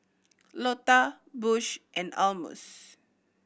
Lota Bush and Almus